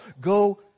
Go